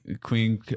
queen